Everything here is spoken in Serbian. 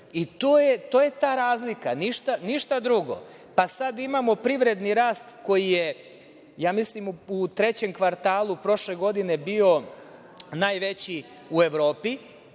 To je ta razlika, ništa drugo. Pa sada imamo privredni rast koji je, ja mislim, u trećem kvartalu prošle godine, bio najveći u Evropi